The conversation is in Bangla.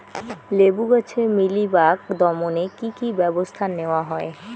লেবু গাছে মিলিবাগ দমনে কী কী ব্যবস্থা নেওয়া হয়?